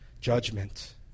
judgment